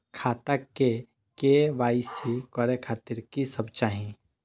खाता के के.वाई.सी करे खातिर की सब चाही?